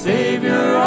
Savior